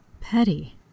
petty